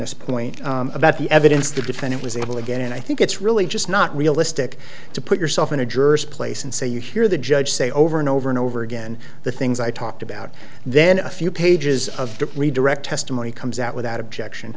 ss point about the evidence to defend it was able to get in i think it's really just not realistic to put yourself in a jersey place and say you hear the judge say over and over and over again the things i talked about then a few pages of debris direct testimony comes out without objection